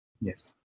Yes